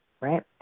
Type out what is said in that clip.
Right